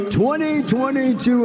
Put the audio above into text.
2022